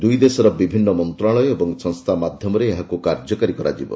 ଦୁଇଦେଶର ବିଭିନ୍ନ ମନ୍ତ୍ରଣାଳୟ ଏବଂ ସଂସ୍ଥା ମାଧ୍ୟମରେ ଏହାକୁ କାର୍ଯ୍ୟକାରୀ କରାଯିବ